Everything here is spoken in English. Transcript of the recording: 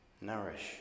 Nourish